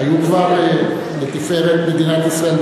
שהיו כבר לתפארת מדינת ישראל,